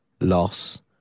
loss